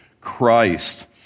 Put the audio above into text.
Christ